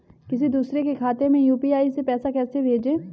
किसी दूसरे के खाते में यू.पी.आई से पैसा कैसे भेजें?